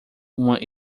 uma